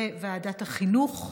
לוועדת החינוך.